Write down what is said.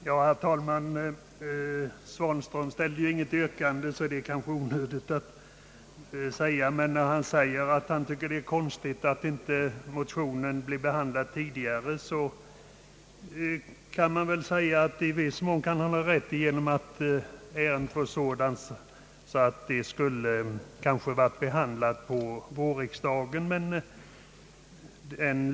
Herr talman! Herr Svanström ställde inget yrkande, så det är kanske onödigt att jag tar till orda. Men eftersom han tycker att det är märkligt att motionen inte blivit behandlad tidigare, vill jag säga att han i viss mån kan ha rätt i att ärendet är sådant att det borde ha kunnat behandlas under vårriksdagen.